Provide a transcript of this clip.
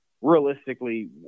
realistically